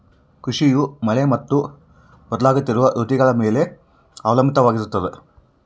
ಕೃಷಿಯು ಮಳೆ ಮತ್ತು ಬದಲಾಗುತ್ತಿರೋ ಋತುಗಳ ಮ್ಯಾಲೆ ಅವಲಂಬಿತವಾಗಿರ್ತದ